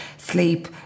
Sleep